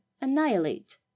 annihilate